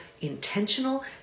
intentional